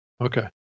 okay